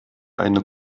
eine